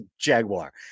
Jaguar